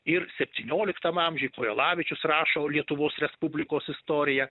ir septynioliktam amžiuj kojelavičius rašo lietuvos respublikos istoriją